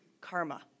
karma